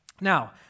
Now